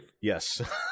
Yes